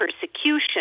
persecution